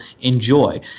enjoy